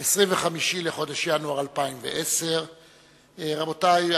25 בחודש ינואר 2010. רבותי,